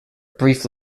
brief